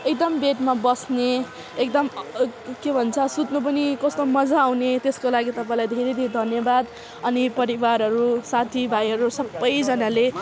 एकदम बेडमा बस्ने एकदम के भन्छ सुत्नु पनि कस्तो मज्जा आउने त्यसको लागि तपाईँलाई धेरै धेरै धन्यवाद अनि परिवारहरू साथीभाइहरू सबैजनाले